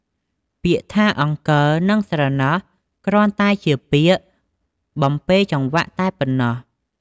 ពាក្យថា "អង្កិល" និង "ស្រណោះ" គ្រាន់តែជាពាក្យបំពេរចង្វាក់តែប៉ុណ្ណោះ។